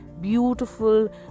beautiful